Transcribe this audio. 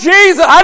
Jesus